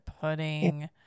pudding